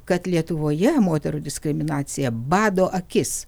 kad lietuvoje moterų diskriminacija bado akis